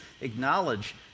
acknowledge